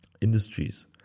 industries